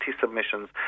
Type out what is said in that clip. submissions